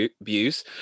abuse